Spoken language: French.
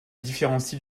différencie